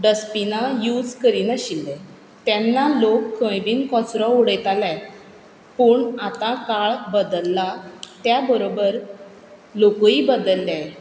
डस्टबिनां यूज करिनाशिल्ले तेन्ना लोक खंयी कचरो उडयताले पूण आतां काळ बदलला त्या बरोबर लोकूय बदलले